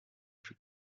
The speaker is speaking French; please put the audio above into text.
plus